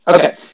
Okay